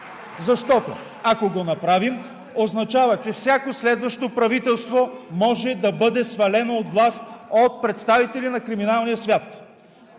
защото, ако го направим, означава, че всяко следващо правителство може да бъде свалено от власт от представители на криминалния свят.